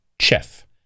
chef